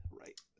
right